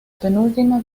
penúltima